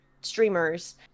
streamers